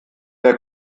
der